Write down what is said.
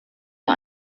der